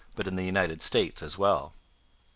but in the united states as well.